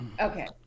Okay